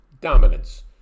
dominance